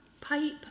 pipe